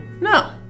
No